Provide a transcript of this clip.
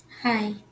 Hi